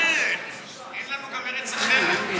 כן, אין לנו גם ארץ אחרת.